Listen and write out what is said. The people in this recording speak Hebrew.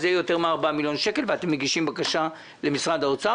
שזה יהיה יותר מ-4 מיליון שקל אתם מגישים בקשה למשרד האוצר?